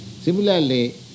Similarly